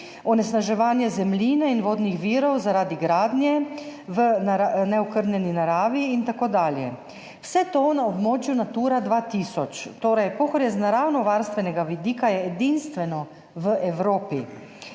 onesnaževanje zemljine in vodnih virov zaradi gradnje v neokrnjeni naravi in tako dalje, vse to na območju Natura 2000. Torej, Pohorje je z naravovarstvenega vidika edinstveno v Evropi.